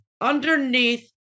underneath